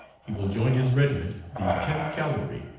he will join his regiment, the tenth cavalry,